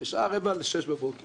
בשעה רבע לשש בבוקר